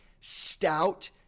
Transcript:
stout